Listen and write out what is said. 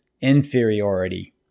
inferiority